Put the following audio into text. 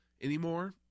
anymore